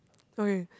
okay